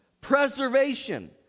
preservation